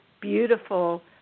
beautiful